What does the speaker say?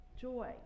joy